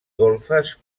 golfes